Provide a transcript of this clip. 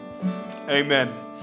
Amen